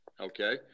okay